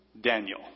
Daniel